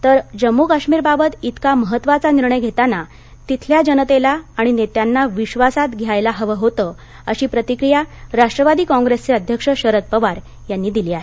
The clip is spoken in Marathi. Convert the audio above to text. तर जम्मू काश्मीरबाबत इतका महत्त्वाचा निर्णय घेताना तिथल्या जनतेला आणि नेत्यांना विश्वासात घ्यायला हवं होतं अशी प्रतिक्रिया राष्ट्रवादी काँग्रेसचे अध्यक्ष शरद पवार यांनी दिली आहे